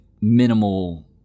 minimal